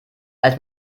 als